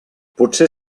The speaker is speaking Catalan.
potser